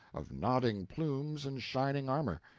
of nodding plumes and shining armor.